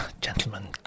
Gentlemen